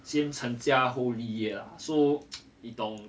先成家后立业 so 你懂